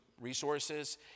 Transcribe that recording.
resources